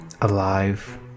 Alive